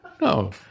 no